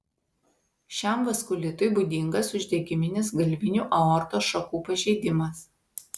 šiam vaskulitui būdingas uždegiminis galvinių aortos šakų pažeidimas